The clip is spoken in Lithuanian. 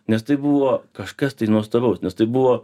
nes tai buvo kažkas nuostabaus nes tai buvo